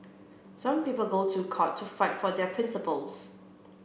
some people go to court to fight for their principles